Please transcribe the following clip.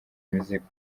imizigo